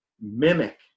mimic